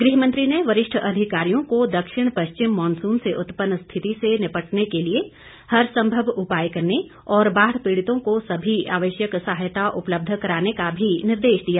गृहमंत्री ने वरिष्ठ अधिकारियों को दक्षिण पश्चिम मानसून से उत्पन्न स्थिति से निपटने के लिए हरसंभव उपाय करने और बाढ़ पीड़ितों को सभी आवश्यक सहायता उपलब्ध कराने का भी निर्देश दिए